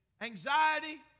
anxiety